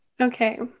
Okay